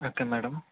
okay madam